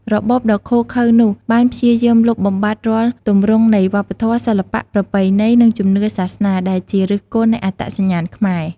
របបដ៏ឃោរឃៅនោះបានព្យាយាមលុបបំបាត់រាល់ទម្រង់នៃវប្បធម៌ សិល្បៈ ប្រពៃណី និងជំនឿសាសនា ដែលជាឫសគល់នៃអត្តសញ្ញាណខ្មែរ។